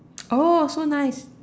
oh so nice